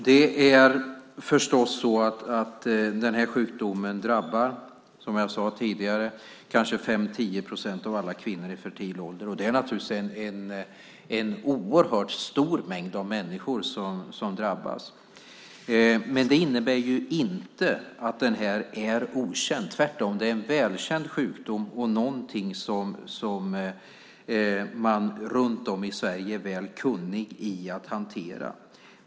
Fru talman! Det är så att den här sjukdomen drabbar, som jag sade tidigare, kanske 5-10 procent av alla kvinnor i fertil ålder. Det är en oerhört stor mängd människor som drabbas. Det innebär inte att den är okänd. Det är tvärtom en välkänd sjukdom och någonting som man runt om i Sverige är väl kunnig i att hantera.